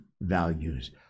values